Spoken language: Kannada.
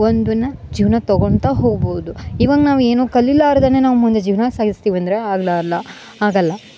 ಒಂದನ್ನ ಜೀವ್ನಕ್ಕೆ ತಗೊಂತ ಹೋಗ್ಬೋದು ಇವಾಂಗ್ ನಾವು ಏನು ಕಲಿಲಾರ್ದೆನೆ ನಾವು ಮುಂದೆ ಜೀವನ ಸಾಗಿಸ್ತೀವಿ ಅಂದರೆ ಅಲ್ಲ ಅಲ್ಲ ಆಗಲ್ಲ